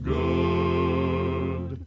good